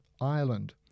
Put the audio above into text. Ireland